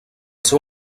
seu